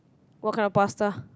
what kind of pasta